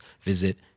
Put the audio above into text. visit